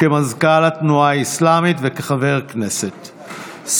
כמזכ"ל התנועה האסלאמית וכחבר כנסת,